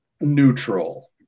neutral